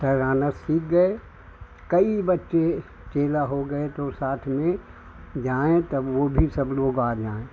तैराना सीख गए कई बच्चे चेला हो गए तो साथ में जाएँ तो वह भी सब लोग आ जाएँ